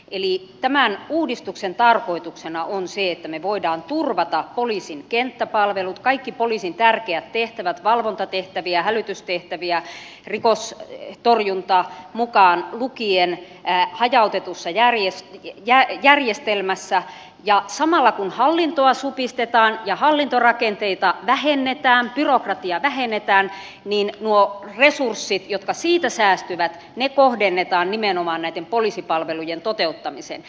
eli tämän uudistuksen tarkoituksena on se että me voimme turvata poliisin kenttäpalvelut kaikki poliisin tärkeät tehtävät valvontatehtävät hälytystehtävät rikostorjunta mukaan lukien hajautetussa järjestelmässä ja samalla kun hallintoa supistetaan ja hallintorakenteita vähennetään byrokratiaa vähennetään niin nuo resurssit jotka siitä säästyvät kohdennetaan nimenomaan näitten poliisipalvelujen toteuttamiseen